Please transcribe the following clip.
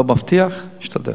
לא מבטיח, אשתדל.